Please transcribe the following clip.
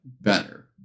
better